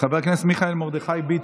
חבר הכנסת מיכאל מרדכי ביטון.